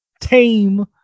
tame